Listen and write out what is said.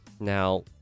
Now